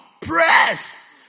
press